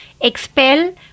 expel